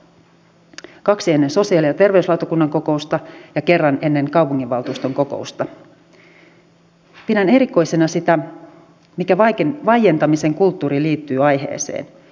itse jäin pohtimaan tätä itsehallintoaluetta ja sen mahdollista verotusta kun perustuslaista kyllä löydän tämän itsehallintoalueen mutta minä en löydä sieltä kuin lauseen että kunnalla on verotusoikeus